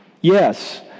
Yes